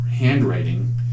handwriting